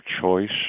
choice